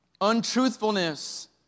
untruthfulness